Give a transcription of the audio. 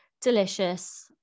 delicious